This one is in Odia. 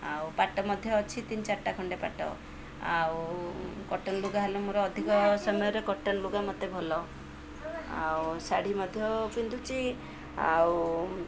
ଆଉ ପାଟ ମଧ୍ୟ ଅଛି ତିନି ଚାରିଟା ଖଣ୍ଡେ ପାଟ ଆଉ କଟନ୍ ଲୁଗା ହେଲା ମୋର ଅଧିକ ସମୟରେ କଟନ୍ ଲୁଗା ମୋତେ ଭଲ ଆଉ ଶାଢ଼ୀ ମଧ୍ୟ ପିନ୍ଧୁଛି ଆଉ